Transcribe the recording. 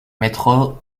métro